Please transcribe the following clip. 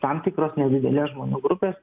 tam tikros nedidelės žmonių grupės